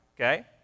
okay